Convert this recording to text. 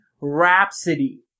Rhapsody